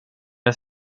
jag